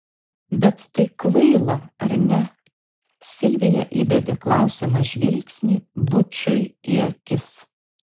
bet tai kvaila ar ne silvija įbedė klausiamą žvilgsnį bučui į akis